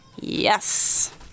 Yes